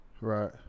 right